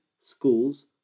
schools